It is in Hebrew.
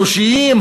אנושיים,